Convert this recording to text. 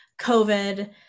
COVID